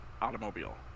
automobile